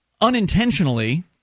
unintentionally